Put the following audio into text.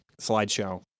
slideshow